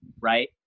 right